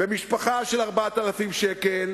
במשפחה של 4,000 שקל